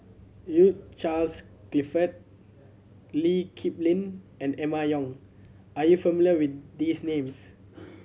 Hugh Charles Clifford Lee Kip Lin and Emma Yong are you familiar with these names